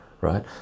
right